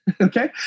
okay